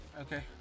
okay